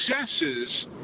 successes